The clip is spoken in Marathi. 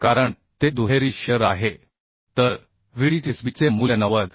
कारण ते दुहेरी शिअर आहे तर Vdsb चे मूल्य 90